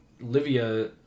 livia